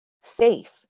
safe